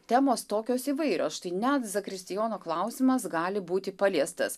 temos tokios įvairios štai net zakristijono klausimas gali būti paliestas